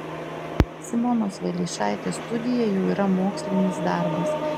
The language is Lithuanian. simonos valeišaitės studija jau yra mokslinis darbas